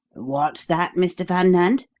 what's that, mr. van nant?